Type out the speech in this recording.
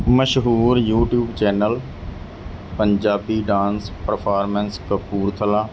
ਮਸ਼ਹੂਰ YouTube channel Punjabi dance performance Kapurthala